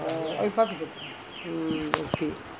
mm okay